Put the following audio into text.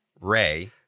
Ray